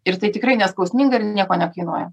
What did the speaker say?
ir tai tikrai neskausminga ir nieko nekainuoja